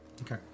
Okay